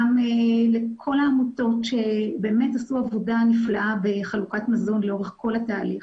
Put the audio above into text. גם לכל העמותות שבאמת עשו עבודה נפלאה בחלוקת מזון לאורך כל התהליך.